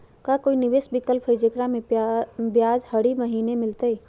का कोई निवेस विकल्प हई, जेकरा में ब्याज हरी महीने मिलतई?